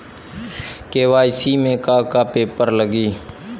KYC में का का पेपर लगी?